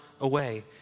away